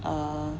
err